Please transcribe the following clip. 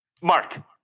Mark